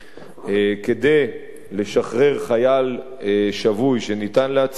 כדי לשחרר חייל שבוי שניתן להציל אותו.